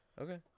Okay